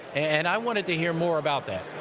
and i wanted to hear more about that.